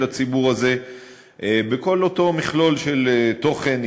הציבור הזה בכל אותו מכלול של תוכן,